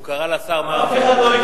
הוא קרא לשר מרגי.